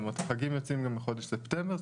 החגים יוצאים בחודש ספטמבר,